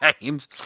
games